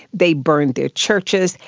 they burned their churches,